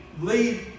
lead